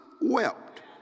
wept